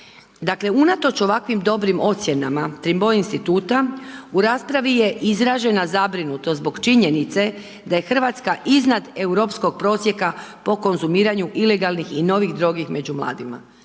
unatoč ovakvim dobrim ocjenama Trimbo instituta u raspravi je izražena zabrinutost zbog činjenice da je Hrvatska iznad europskog prosjeka po konzumiranju ilegalnih i novih droga među mladima,